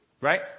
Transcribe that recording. Right